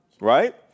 right